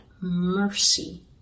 mercy